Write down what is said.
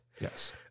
Yes